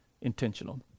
intentional